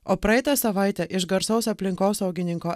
o praeitą savaitę iš garsaus aplinkosaugininko